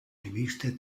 riviste